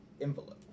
envelope